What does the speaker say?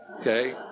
Okay